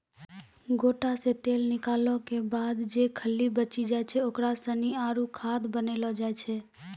गोटा से तेल निकालो के बाद जे खल्ली बची जाय छै ओकरा सानी आरु खाद बनैलो जाय छै